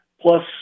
plus